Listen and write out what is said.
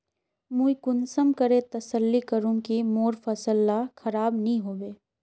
मुई कुंसम करे तसल्ली करूम की मोर फसल ला खराब नी होबे?